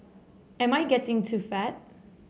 am I getting too fat